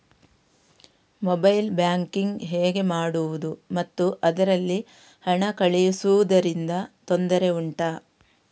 mobile banking ಹೇಗೆ ಮಾಡುವುದು ಮತ್ತು ಅದರಲ್ಲಿ ಹಣ ಕಳುಹಿಸೂದರಿಂದ ತೊಂದರೆ ಉಂಟಾ